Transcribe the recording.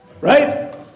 right